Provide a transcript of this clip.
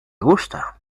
gusta